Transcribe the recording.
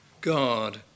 God